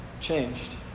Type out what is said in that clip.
changed